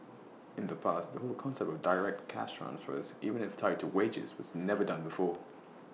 in the past that whole concept of direct cash transfers even if tied to wages was never done before